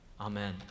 Amen